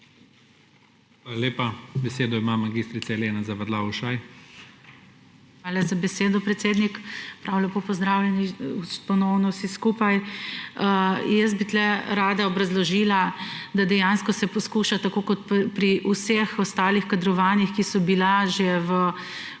Hvala za besedo, predsednik. Prav lepo pozdravljeni ponovno vsi skupaj! Tukaj bi rada obrazložila, da dejansko se poskuša tako kot pri vseh ostalih kadrovanjih, ki so bila že v